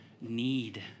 need